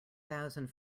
thousand